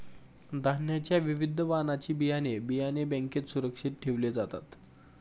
धान्याच्या विविध वाणाची बियाणे, बियाणे बँकेत सुरक्षित ठेवले जातात